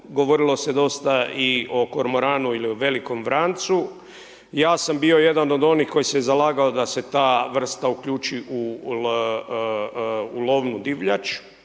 govorilo se dosta i o kormoranu ili o velikom vrancu. Ja sam bio jedan od onih koji se zalagao da se ta vrsta uključi u lovnu divljač